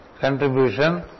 contribution